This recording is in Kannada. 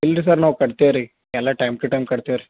ಇಲ್ರಿ ಸರ್ ನಾವು ಕಟ್ತೆವೆ ರೀ ಎಲ್ಲ ಟೈಮ್ ಟು ಟೈಮ್ ಕಟ್ತೇವೆ ರೀ